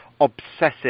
obsessive